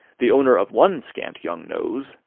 the owner of one scant young nose,